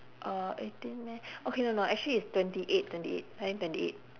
uh eighteen meh okay no no actually it's twenty eight twenty eight I think twenty eight